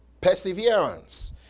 perseverance